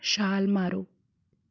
ਛਾਲ ਮਾਰੋ